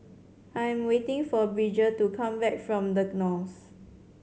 I am waiting for Bridger to come back from The Knolls